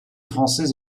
française